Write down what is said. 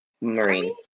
Marine